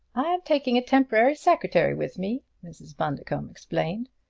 i am taking a temporary secretary with me, mrs. bundercombe explained.